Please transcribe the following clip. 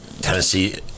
Tennessee